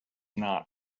not